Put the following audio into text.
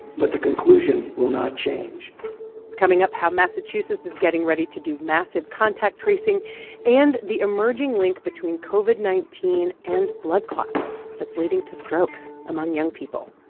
but the conclusion will not change coming up, how massachusetts is getting ready to do massive contact tracing and the emerging link between covid nineteen and blood clots that's leading to strokes among young people.